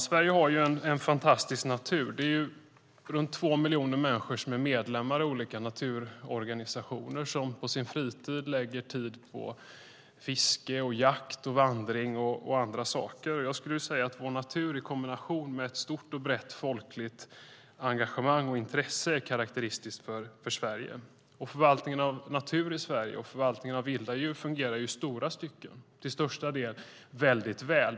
Sverige har en fantastisk natur. Det är runt två miljoner människor som är medlemmar i olika naturorganisationer och som på sin fritid lägger tid på fiske, jakt, vandring och andra saker. Vår natur i kombination med ett stort och brett folkligt engagemang och intresse är något som är karakteristiskt för Sverige. Förvaltningen av natur och vilda djur i Sverige fungerar till största delen mycket väl.